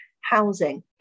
housing